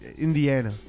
Indiana